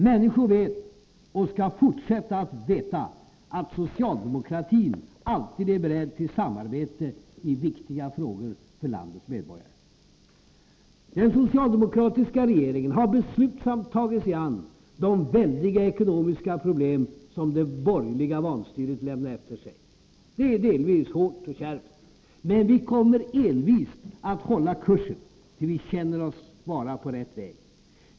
Människor vet, och skall även fortsätta veta, att socialdemokratin alltid är beredd till samarbete i för landets medborgare viktiga frågor. Den socialdemokratiska regeringen har beslutsamt tagit sig an de väldiga ekonomiska problem som det borgerliga vanstyret lämnade efter sig. Det är delvis ett hårt och kärvt arbete. Men vi kommer envist att hålla kursen, ty vi känner oss vara på rätt väg.